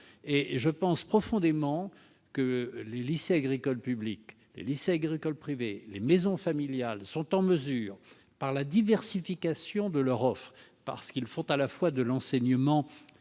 Je pense profondément que les lycées agricoles publics, les lycées agricoles privés, les maisons familiales rurales, par la diversification de leur offre, parce qu'ils proposent à la fois de l'enseignement